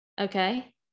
okay